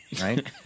right